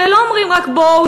הרי לא אומרים רק: בואו,